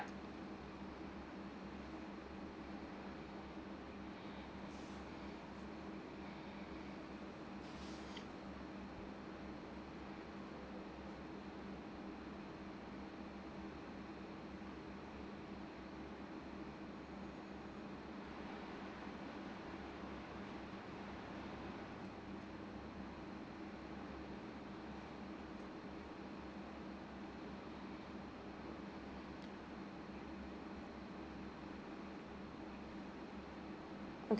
okay